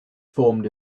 formed